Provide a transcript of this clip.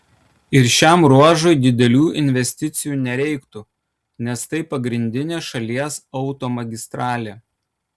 ir šiam ruožui didelių investicijų nereikėtų nes tai pagrindinė šalies automagistralė